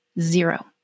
zero